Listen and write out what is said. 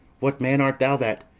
what man art thou that,